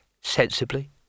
sensibly